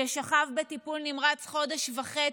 ששכב בטיפול נמרץ חודש וחצי,